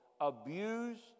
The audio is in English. abused